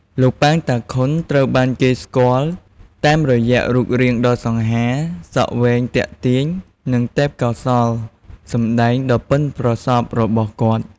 លោក ប៉ាង តាខុន ត្រូវបានគេស្គាល់តាមរយៈរូបរាងដ៏សង្ហា សក់វែង ទាក់ទាញ និងទេពកោសល្យសម្ដែងដ៏ប៉ិនប្រសប់របស់គាត់ ។